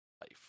life